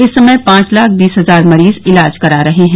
इस समय पांच लाख बीस हजार मरीज इलाज करा रहे हैं